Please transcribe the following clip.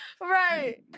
Right